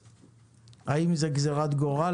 האם זו גזירת גורל?